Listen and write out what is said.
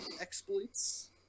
exploits